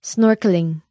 Snorkeling